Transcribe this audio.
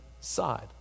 side